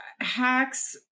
hacks